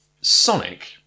Sonic